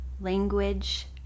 language